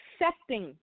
accepting